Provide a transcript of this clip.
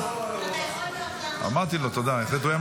האמת שהוא ירד.